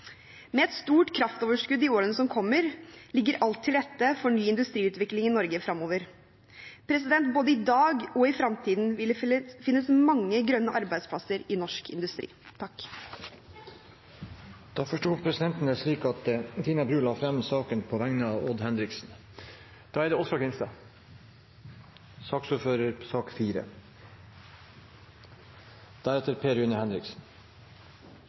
Med et stort kraftoverskudd i årene som kommer, ligger alt til rette for ny industriutvikling i Norge framover. Både i dag og i framtiden vil det finnes mange grønne arbeidsplasser i norsk industri. Når det gjeld representantforslaget frå stortingsrepresentantane Per Rune Henriksen, Terje Aasland og Truls Wickholm om eit betre organisert strømnett, er komiteens fleirtal av den meininga at forslaget, slik det